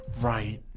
Right